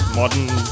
modern